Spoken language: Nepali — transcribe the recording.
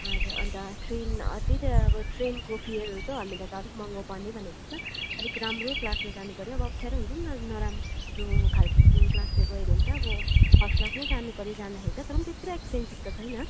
हजुर अन्त ट्रेन त्यही त अब ट्रेनको फियरहरू त हामीलाई त अलिक महँगो पर्ने भनेको त अलिक राम्रो क्लासमा जानुपर्यो अब अप्ठ्यारो हुन्छ नि त नराम्रोखालके क्लासतिर गयो भने त अब फर्स्ट क्लासमै जानुपर्यो जाँदाखेरि त तर पनि त्यस्तो एक्सपेन्सिभ त छैन